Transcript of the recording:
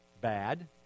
bad